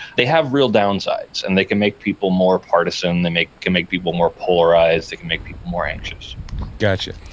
they have real downsides and they can make people more partisan, they can make people more polarized, they can make people more anxious got you.